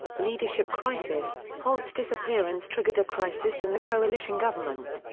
leadership crisis holt's disappearance triggered a crisis in the coalition government.